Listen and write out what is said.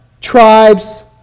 tribes